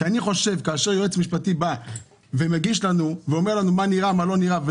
אני חושב שכאשר יועץ משפטי מגיש לנו ואומר לנו מה נראה ומה לא נראה,